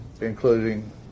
including